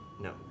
No